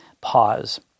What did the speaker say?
pause